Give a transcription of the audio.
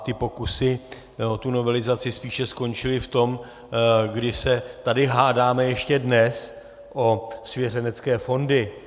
Ty pokusy o tu novelizaci spíše skončily v tom, kdy se tady hádáme ještě dnes o svěřenecké fondy.